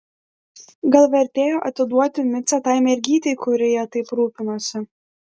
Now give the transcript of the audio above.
gal vertėjo atiduoti micę tai mergytei kuri ja taip rūpinosi